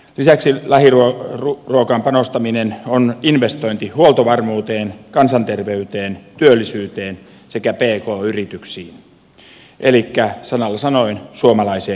lisäksi lähiruokaan panostaminen on investointi huoltovarmuuteen kansanterveyteen työllisyyteen sekä pk yrityksiin elikkä sanalla sanoen suomalaiseen työhön